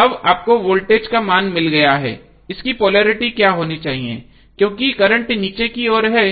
अब आपको वोल्टेज का मान मिल गया है कि इसकी पोलेरिटी क्या होनी चाहिए क्योंकि करंट नीचे की ओर है